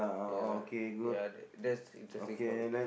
ya ya that that's the interesting point